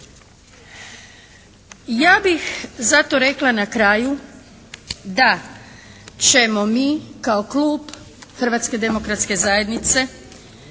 Ja bih zato rekla na kraju da ćemo mi kao klub Hrvatske demokratske zajednice